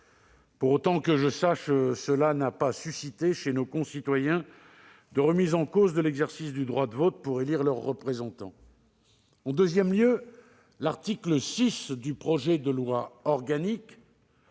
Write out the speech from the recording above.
Pour autant, et que je sache, cela n'a pas suscité chez nos concitoyens de remise en cause de l'exercice du droit de vote pour élire leurs représentants. En second lieu, l'article 6 du projet de loi organique,